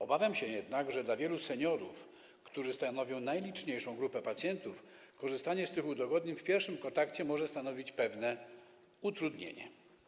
Obawiam się jednak, że dla wielu seniorów, którzy stanowią najliczniejszą grupę pacjentów, korzystanie z tych udogodnień przy pierwszym kontakcie może być utrudnione.